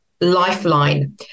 Lifeline